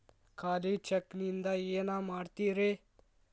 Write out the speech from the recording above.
ಖಾಲಿ ಚೆಕ್ ನಿಂದ ಏನ ಮಾಡ್ತಿರೇ?